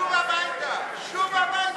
שוב הביתה, שוב הביתה.